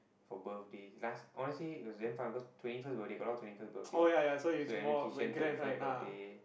for birthday last honestly it was damn fun cause twenty first birthday got a lot of twenty first birthday so twenty first birthday